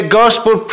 gospel